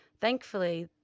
Thankfully